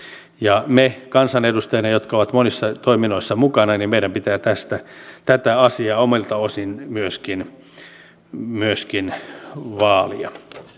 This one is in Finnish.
ja meidän kansanedustajina jotka olemme monissa toiminnoissa mukana pitää tätä asiaa myöskin omalta osaltamme vaalia